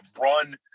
run